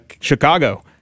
Chicago